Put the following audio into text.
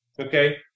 Okay